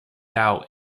out